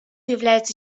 являются